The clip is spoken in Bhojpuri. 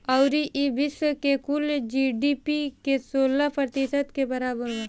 अउरी ई विश्व के कुल जी.डी.पी के सोलह प्रतिशत के बराबर बा